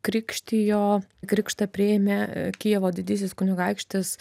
krikštijo krikštą priėmė kijevo didysis kunigaikštis